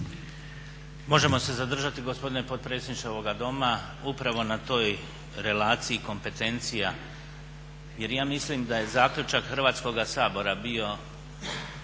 Možemo se zadržati gospodine potpredsjedniče ovoga Doma upravo na toj relaciji kompetencija jer ja mislim da je zaključak Hrvatskoga sabora bio